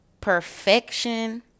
perfection